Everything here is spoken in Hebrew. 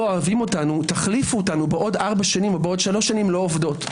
אוהבים אותנו תחליפו אותנו בעוד שלוש או ארבע שנים לא עובדות.